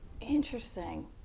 Interesting